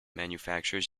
manufacturers